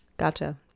Gotcha